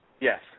Yes